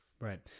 right